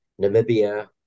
Namibia